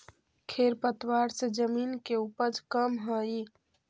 खेर पतवार से जमीन के उपज कमऽ हई